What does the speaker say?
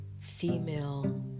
female